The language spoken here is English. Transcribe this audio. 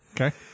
Okay